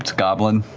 goblin?